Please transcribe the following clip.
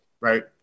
right